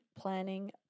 planning